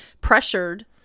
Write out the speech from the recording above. pressured